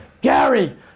Gary